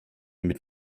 mit